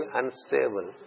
unstable